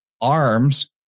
arms